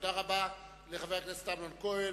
תודה רבה לחבר הכנסת אמנון כהן.